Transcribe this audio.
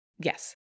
Yes